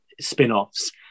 spin-offs